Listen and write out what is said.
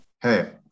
hey